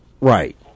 Right